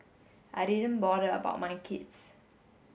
I didn't bother about my kids